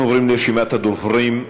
אנחנו עוברים לרשימת הדוברים.